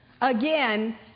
Again